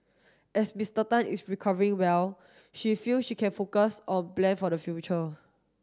as Mister Tan is recovering well she feel she can focus on plan for the future